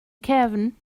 cefn